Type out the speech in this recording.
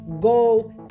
go